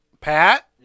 Pat